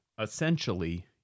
essentially